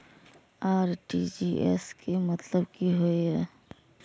RTGS के मतलब की होय ये?